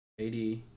AD